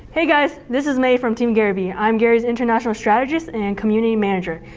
hey guys, this is may from team gary vee. i'm gary's international strategist and community manager.